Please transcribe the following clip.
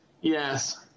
Yes